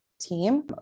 team